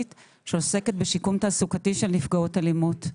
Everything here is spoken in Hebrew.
שעוסקת בשיקום תעסוקתי של נפגעות אלימות.